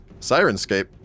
Sirenscape